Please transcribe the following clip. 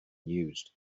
used